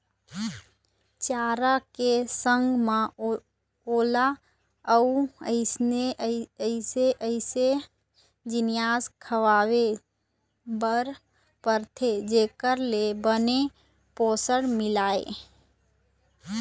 चारा के संग म ओला अउ अइसे अइसे जिनिस खवाए बर परथे जेखर ले बने पोषन मिलय